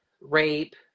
rape